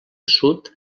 sud